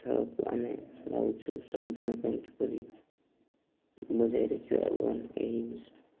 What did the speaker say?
ଖେଳକୁ ଆମେ ଭାବୁଛୁ ସବୁଦିନ ପାଇଁ କିପରି ବଜାଇ ରଖିବା ଏବଂ ଏହି